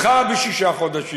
נא, תאריך יישומו נדחה בשישה חודשים